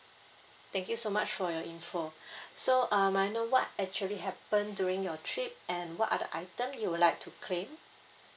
thank you so much for your info so um may I know what actually happened during your trip and what are the item you would like to claim